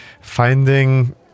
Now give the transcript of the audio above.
finding